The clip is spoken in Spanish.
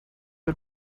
del